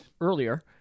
earlier